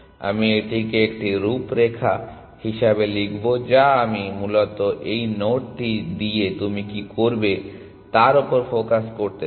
আমি এটিকে একটি রূপরেখা হিসাবে লিখব যা আমি মূলত এই নোডটি দিয়ে তুমি কী করবে তার উপর ফোকাস করতে চাই